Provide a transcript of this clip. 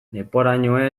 leporaino